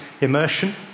immersion